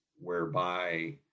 whereby